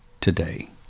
today